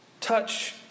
Touch